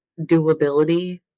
doability